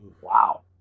Wow